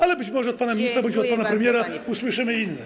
Ale być może od pana ministra bądź od pana premiera usłyszymy inną.